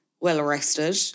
well-arrested